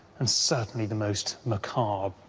and certainly the most macabre.